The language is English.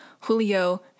Julio